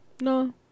No